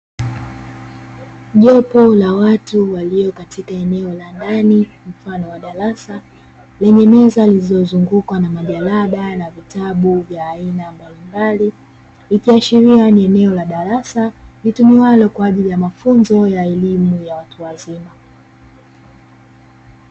Jopo la watu walio katika eneo la ndani mfano wa darasa, lenye meza zilizozungukwa na majalada na vitabu vya aina mbalimbali. Ikiashiria ni eneo la darasa litumiwalo kwa ajili ya mafunzo ya elimu ya watu wazima.